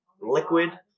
liquid